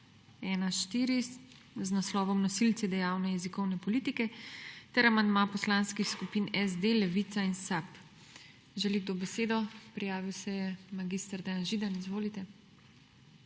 1.4. z naslovom Nosilci dejavne jezikovne politike ter amandma poslanskih skupin SD, Levica in SAB. Želi kdo besedo? (Da.) Prijavil se je mag. Dejan Židan. Izvolite.